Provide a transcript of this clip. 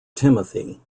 timothy